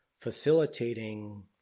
facilitating